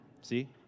See